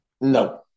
No